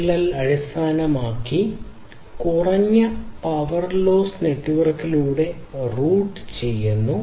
ROLL അടിസ്ഥാനപരമായി കുറഞ്ഞ power lossy നെറ്റ്വർക്കുകളിലൂടെ റൂട്ട് ചെയ്യുന്നു